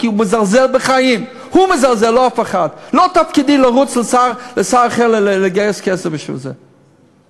על-פי הצו הקיים, תוכנית המבחן תסתיים היום